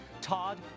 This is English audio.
Todd